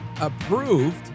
approved